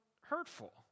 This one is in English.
hurtful